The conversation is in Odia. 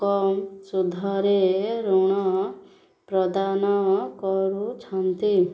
କମ୍ ସୁଧରେ ଋଣ ପ୍ରଦାନ କରୁଛନ୍ତି